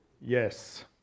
Yes